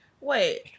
Wait